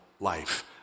life